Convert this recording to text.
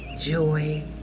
Joy